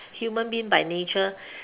human being by nature